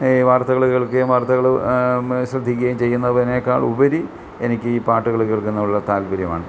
ഈ വാർത്തകള് കേൾക്കുകയും വാർത്തകള് ശ്രദ്ധിക്കുകയും ചെയ്യുന്നതിനേക്കാൾ ഉപരി എനിക്ക് ഈ പാട്ടുകള് കേൾക്കുന്നത് താൽപ്പര്യമാണ്